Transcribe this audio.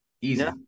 Easy